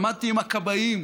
עמדתי עם הכבאים.